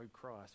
christ